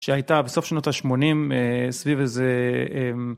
שהייתה בסוף שנות השמונים סביב איזה